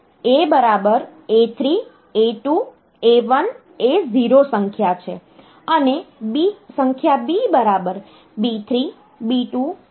A A3 A2 A1 A0 સંખ્યા છે અને સંખ્યા B B3 B2 B1 B0 છે